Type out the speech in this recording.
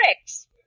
tricks